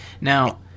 Now